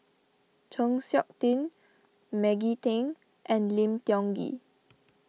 Chng Seok Tin Maggie Teng and Lim Tiong Ghee